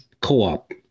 co-op